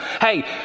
Hey